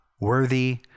worthy